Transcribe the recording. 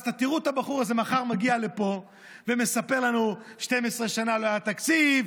תראו את הבחור הזה מחר מגיע לפה ומספר לנו: 12 שנה לא היה תקציב,